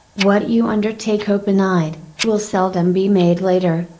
what you undertake open eyed, will seldom be made later,